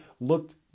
looked